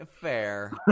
fair